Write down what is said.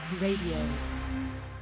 radio